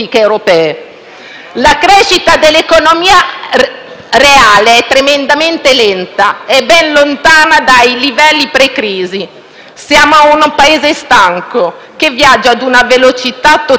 La crescita dell'economia reale è tremendamente lenta e ben lontana dai livelli pre-crisi. Siamo un Paese stanco, che viaggia a una velocità totalmente diversa rispetto a quella degli altri Stati membri.